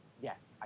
Yes